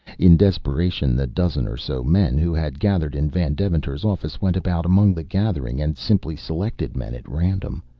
in desperation the dozen or so men who had gathered in van deventer's office went about among the gathering and simply selected men at random,